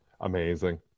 Amazing